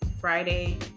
Friday